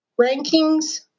rankings